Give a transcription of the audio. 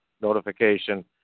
notification